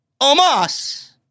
Omas